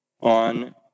on